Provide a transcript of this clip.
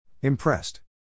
Impressed